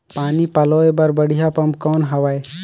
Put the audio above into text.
पानी पलोय बर बढ़िया पम्प कौन हवय?